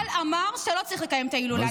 צה"ל אמר שלא צריך לקיים את ההילולה,